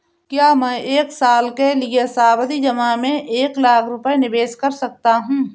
क्या मैं एक साल के लिए सावधि जमा में एक लाख रुपये निवेश कर सकता हूँ?